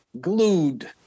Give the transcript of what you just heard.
glued